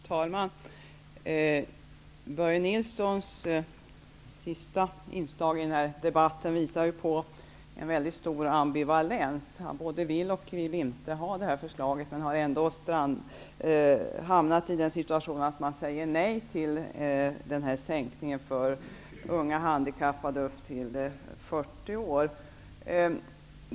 Fru talman! Börje Nilssons inlägg i debatten visar på en mycket stor ambivalens. Han både vill och vill inte ha förslaget, men har ändå hamnat i den situationen att han säger nej till en sänkning av avgiften för unga handikappade under 40 år.